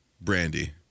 Brandy